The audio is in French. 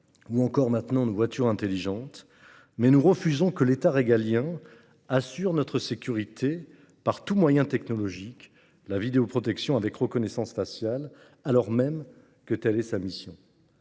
ou encore, désormais, de nos voitures intelligentes, mais nous refusons que l'État régalien assure notre sécurité par tout moyen technologique, comme la vidéoprotection avec reconnaissance faciale, alors même que telle est sa mission.